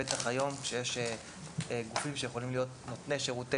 בטח היום כשיש גופים שיכולים להיות נותני שירותי